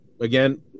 again